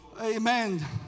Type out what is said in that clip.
Amen